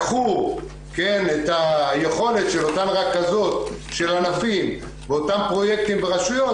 לקחו את היכולת של אותן רכזות של ענפים ואותם פרויקטים ברשויות,